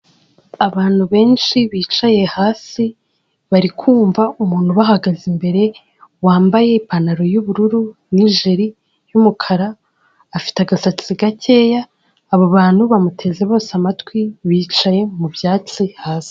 Abantu benshi bicaye hasi, bari kumva umuntu ubahagaze imbere wambaye ipantaro y'ubururu n'ijire y'umukara, afite agasatsi gakeya, abo bantu bamuteze bose amatwi bicaye mu byatsi hasi.